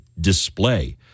display